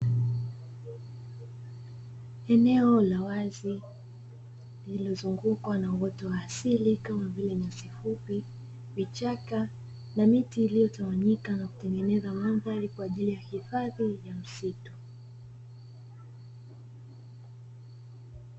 Eneo la wazi lililozungukwa na uoto wa asili kama vile; nyasi fupi, vichaka na miti iliyotawanyika na kutengeneza mandhari kwa ajili ya hifadhi ya msitu.